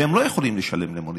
והם לא יכולים לשלם למונית.